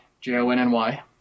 J-O-N-N-Y